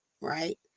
right